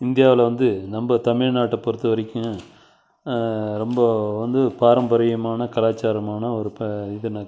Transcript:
இந்தியாவில் வந்து நம்ம தமிழ்நாட்டை பொறுத்த வரைக்கும் ரொம்ப வந்து பாரம்பரியமான கலாச்சாரமான ஒரு ப இதுனா